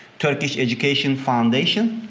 turkish education foundation.